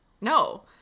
no